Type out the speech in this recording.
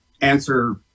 answer